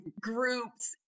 groups